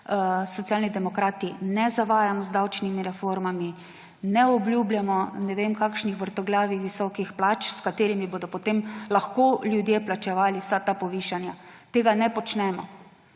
Socialni demokrati ne zavajamo z davčnimi reformami, ne obljubljamo ne vem kakšnih vrtoglavih visokih plač, s katerimi bodo potem ljudje lahko plačevali vsa ta povišanja. Tega ne počnemo.